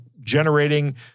generating